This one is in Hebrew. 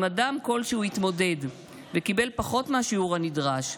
אם אדם כלשהו התמודד וקיבל פחות מהשיעור הנדרש,